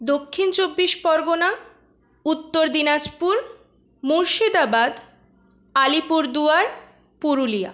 Dakshin Chabbish Pargana Uttar Dinajpur Murshidabad Alipurduar Purulia